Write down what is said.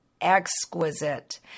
exquisite